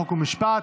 חוק ומשפט.